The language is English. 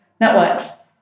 networks